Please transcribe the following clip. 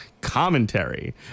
Commentary